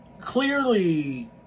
clearly